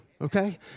okay